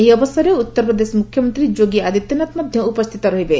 ଏହି ଅବସରରେ ଉତ୍ତରପ୍ରଦେଶ ମୁଖ୍ୟମନ୍ତ୍ରୀ ଯୋଗୀ ଆଦିତ୍ୟନାଥ ମଧ୍ୟ ଉପସ୍ଥିତ ରହିବେ